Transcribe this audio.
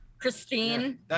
Christine